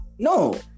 No